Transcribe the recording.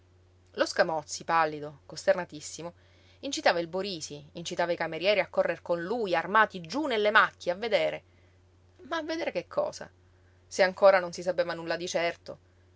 imporrito lo scamozzi pallido costernatissimo incitava il borisi incitava i camerieri a correr con lui armati giú nelle macchie a vedere ma a vedere che cosa se ancora non si sapeva nulla di certo